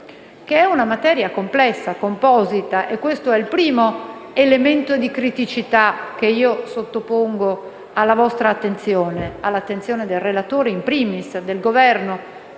che è complessa e composita. Questo è il primo elemento di criticità che sottopongo alla vostra attenzione: all'attenzione del relatore, *in primis*, e del Governo.